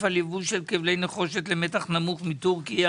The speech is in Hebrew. על יבוא של כבלי נחושת למתח נמוך מטורקיה)